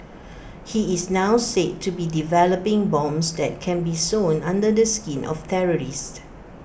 he is now said to be developing bombs that can be sewn under the skin of terrorists